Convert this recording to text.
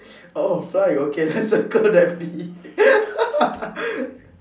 oh fly okay then circle that bee